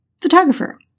photographer